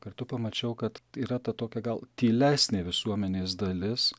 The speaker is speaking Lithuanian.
kartu pamačiau kad yra ta tokia gal tylesnė visuomenės dalis